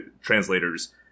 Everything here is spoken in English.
translators